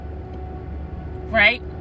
Right